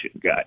guy